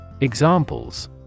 Examples